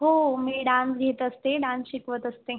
हो मी डान्स घेत असते डान्स शिकवत असते